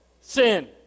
Sin